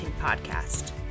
podcast